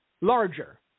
larger